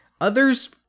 Others